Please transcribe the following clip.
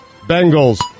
Bengals